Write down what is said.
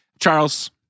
Charles